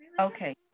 okay